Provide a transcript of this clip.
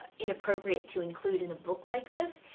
inappropriate to include in a book like this.